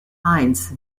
heinz